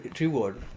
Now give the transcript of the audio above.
reward